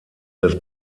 des